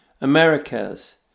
Americas